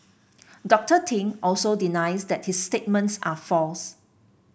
Doctor Ting also denies that his statements are false